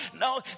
No